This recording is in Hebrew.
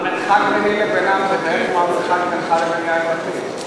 המרחק ביני לבינם זה בערך כמו המרחק בינך לבין יאיר לפיד.